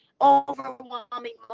overwhelming